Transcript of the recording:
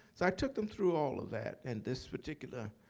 so i took them through all of that and this particular